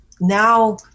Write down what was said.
now